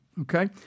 okay